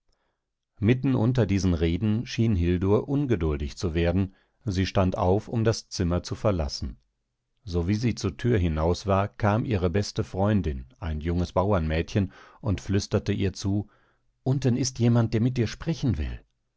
mitten unter diesen reden schien hildur ungeduldig zu werden sie stand auf um das zimmer zu verlassen sowie sie zur tür hinaus war kam ihre beste freundin ein junges bauernmädchen und flüsterte ihr zu unten ist jemand der mit dir sprechen will